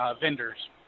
vendors